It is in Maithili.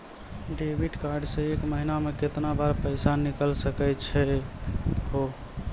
डेबिट कार्ड से एक महीना मा केतना बार पैसा निकल सकै छि हो?